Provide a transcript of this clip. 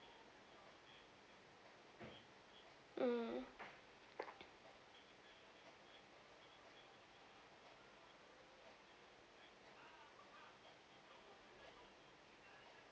mm